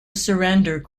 surrender